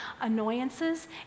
annoyances